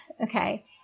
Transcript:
Okay